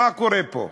מה קורה פה?